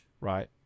right